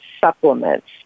supplements